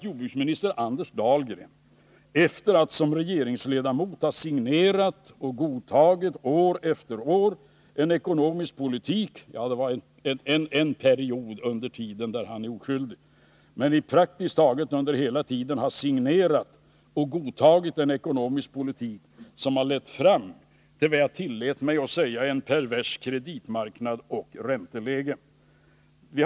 Jordbruksministern Anders Dahlgren har som regeringsledamot år efter år — utom under en period, för vilken han är oskyldig — signerat och godtagit en ekonomisk politik som har lett fram till vad jag tillät mig att kalla en pervers kreditmarknad och ett perverst ränteläge.